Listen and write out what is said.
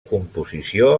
composició